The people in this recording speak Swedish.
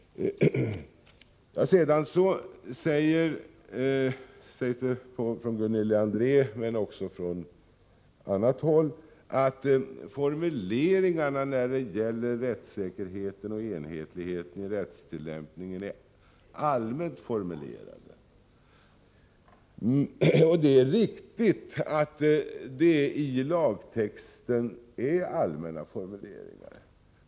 Sedan säger Gunilla André och någon annan att formuleringarna är allmänna vad gäller rättssäkerheten och enhetligheten i rättstillämpningen. Det är riktigt att formuleringarna är allmänna i lagtexten.